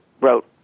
wrote